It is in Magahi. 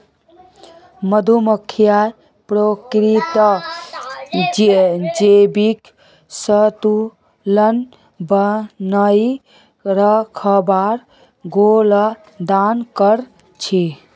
मधुमक्खियां प्रकृतित जैविक संतुलन बनइ रखवात योगदान कर छि